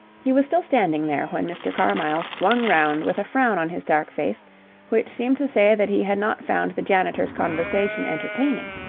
he was still standing there when mr. carmyle swung round with a frown on his dark face which seemed to say that he had not found the janitor's conversation entertaining.